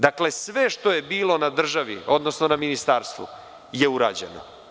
Dakle, sve što je bilo na državi, odnosno na ministarstvu je urađeno.